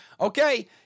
okay